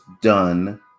done